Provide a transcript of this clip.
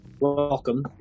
welcome